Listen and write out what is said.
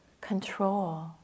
control